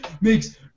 makes